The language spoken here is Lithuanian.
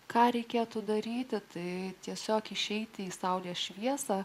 ką reikėtų daryti tai tiesiog išeiti į saulės šviesą